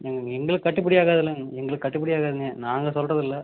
எங்களுக்கு கட்டுப்படி ஆகாதுள்ளங்க எங்களுக்கு கட்டுப்படி ஆகாதுங்க நாங்கள் சொல்றதில்லை